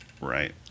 Right